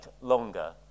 longer